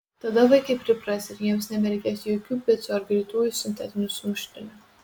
tada vaikai pripras ir jiems nebereikės jokių picų ar greitųjų sintetinių sumuštinių